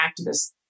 activists